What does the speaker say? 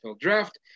Draft